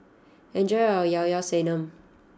enjoy your Llao Llao Sanum